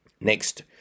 Next